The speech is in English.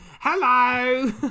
Hello